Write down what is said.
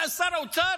ואז שר האוצר